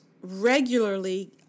regularly